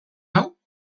hau